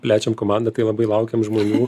plečiam komandą tai labai laukiam žmonių